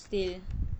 still